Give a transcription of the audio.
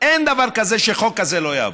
אין דבר כזה שחוק כזה לא יעבור.